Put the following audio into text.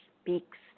speaks